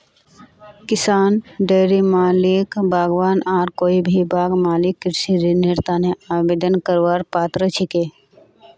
किसान, डेयरी मालिक, बागवान आर कोई भी बाग मालिक कृषि ऋनेर तने आवेदन करवार पात्र छिके